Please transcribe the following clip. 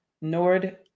Nord